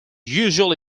usually